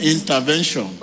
Intervention